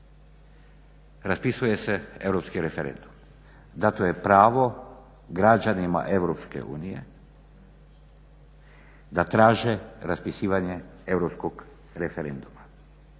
raspisuje se europski referendum. Dato je pravo građanima EU da traže raspisivanje europskog referenduma.